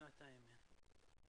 בינתיים אין.